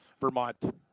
Vermont